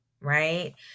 Right